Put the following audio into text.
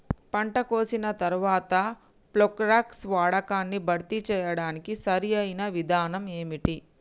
పంట కోసిన తర్వాత ప్రోక్లోరాక్స్ వాడకాన్ని భర్తీ చేయడానికి సరియైన విధానం ఏమిటి?